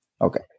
Okay